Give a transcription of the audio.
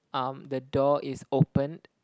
um the door is opened